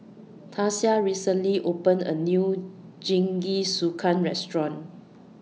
Tasia recently opened A New Jingisukan Restaurant